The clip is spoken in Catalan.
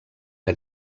que